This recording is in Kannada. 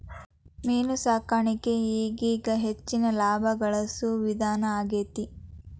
ಮೇನು ಸಾಕಾಣಿಕೆ ಈಗೇಗ ಹೆಚ್ಚಿನ ಲಾಭಾ ಗಳಸು ವಿಧಾನಾ ಆಗೆತಿ